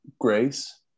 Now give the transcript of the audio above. Grace